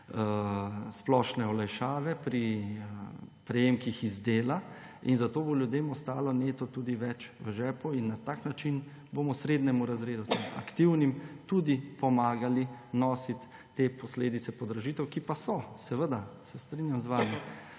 splošne olajšave pri prejemkih iz dela. Zato bo ljudem ostalo neto tudi več v žepu. Na tak način bomo srednjemu razredu, aktivnim tudi pomagali nositi te posledice podražitev, ki pa seveda so, se strinjam z vami,